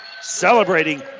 celebrating